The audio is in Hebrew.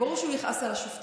וברור שהוא יכעס על השופטים.